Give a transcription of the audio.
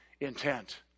intent